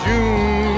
June